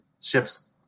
ships